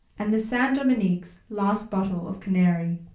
and the san dominick's last bottle of canary.